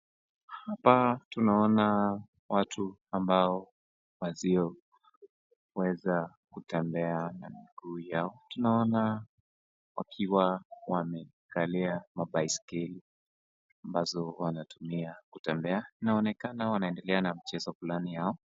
Hapa tunaona watu ambao wasioweza kutembea na miguu yao. Tunaona wakiwa wamekalia mabaiskeli ambazo wanatumia kutembea inaonekana wanaendelea na mchezo fulani hao.